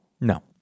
No